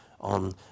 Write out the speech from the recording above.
on